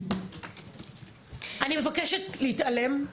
אני מבקשת להתעלם,